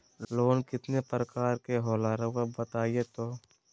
Loan कितने पारकर के होला रऊआ बताई तो?